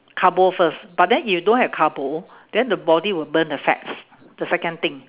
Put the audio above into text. carbo first but then if you don't have carbo then the body will burn the fats the second thing